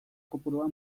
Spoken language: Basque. kopurua